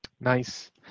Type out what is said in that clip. Nice